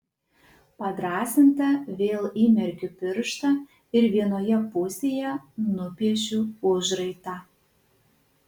padrąsinta vėl įmerkiu pirštą ir vienoje pusėje nupiešiu užraitą